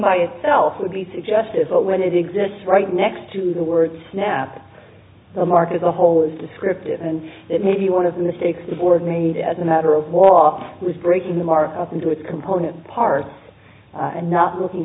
by itself would be suggestive but when it exists right next to the word snap the mark as a whole is descriptive and that may be one of the mistakes the board made as a matter of law was breaking the mark up into its component parts and not looking